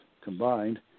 combined